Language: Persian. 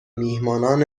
میهمانان